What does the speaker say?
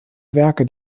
werke